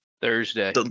Thursday